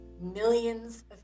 millions